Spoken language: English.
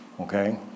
okay